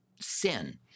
sin